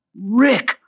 Rick